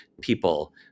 people